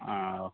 ஆ